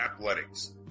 athletics